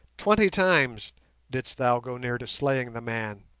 twenty times didst thou go near to slaying the man